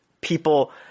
people